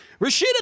Rashida